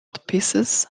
pieces